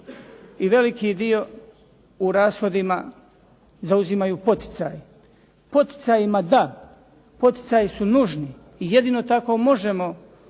i veliki dio u rashodima zauzimaju poticaji. Poticajima da, poticaji su nužni i jedino tako možemo